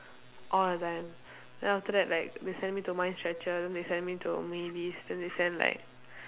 all the time then after that like they send me to mind stretcher then they send me to mavis then they send like